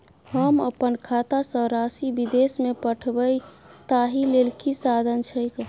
हम अप्पन खाता सँ राशि विदेश मे पठवै ताहि लेल की साधन छैक?